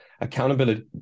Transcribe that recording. accountability